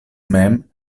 mem